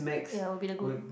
ya will be the good